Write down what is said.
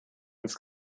ins